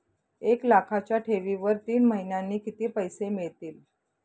एक लाखाच्या ठेवीवर तीन महिन्यांनी किती पैसे मिळतील?